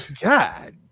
God